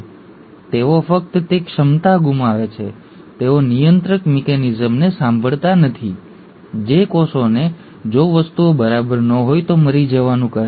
તેઓ ફક્ત તે ક્ષમતા ગુમાવે છે તેઓ નિયંત્રક મિકેનિઝમને સાંભળતા નથી જે કોષોને જો વસ્તુઓ બરાબર ન હોય તો મરી જવાનું કહે છે